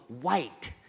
white